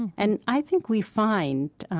and i think we find,